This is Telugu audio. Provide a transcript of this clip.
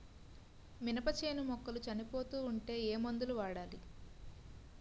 మినప చేను మొక్కలు చనిపోతూ ఉంటే ఏమందు వాడాలి?